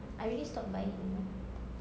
I already stop buying you know